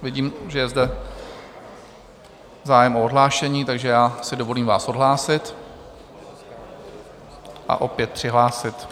Vidím, že je zde zájem o odhlášení, takže já si dovolím vás odhlásit a opět přihlásit.